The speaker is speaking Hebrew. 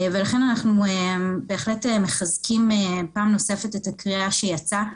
ולכן אנחנו בהחלט מחזקים פעם נוספת את הקריאה שיצאה,